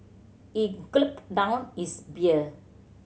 he down his beer